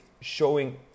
showing